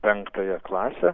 penktąją klasę